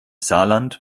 saarland